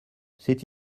c’est